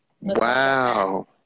Wow